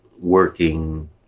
working